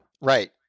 Right